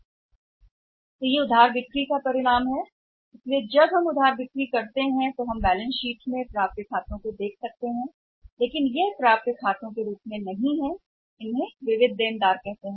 यह क्रेडिट बिक्री का परिणाम है इसलिए जब हम क्रेडिट पर बेचते हैं तो हम देखते हैं कि खाते प्राप्य हैं बैलेंस शीट में आते हैं लेकिन यह प्राप्य खातों के रूप में नहीं है जिन्हें वे विविध ऋणी कहते हैं